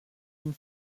une